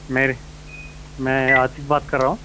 میری میں آصف بات کر رہا ہوں